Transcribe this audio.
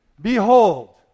Behold